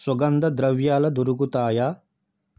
సుగంధ ద్రవ్యాల దొరుకుతాయా